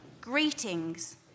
Greetings